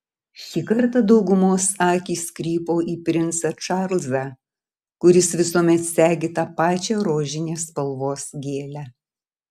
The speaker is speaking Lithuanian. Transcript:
šį kartą daugumos akys krypo į princą čarlzą kuris visuomet segi tą pačią rožinės spalvos gėlę